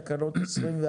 הצבעה תקנות 24,